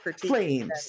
flames